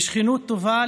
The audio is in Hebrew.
לשכנות טובה,